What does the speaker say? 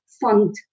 fund